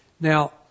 Now